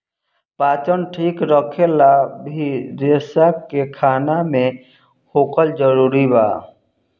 पाचन ठीक रखेला भी रेसा के खाना मे होखल जरूरी बा